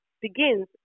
begins